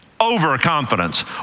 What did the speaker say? Overconfidence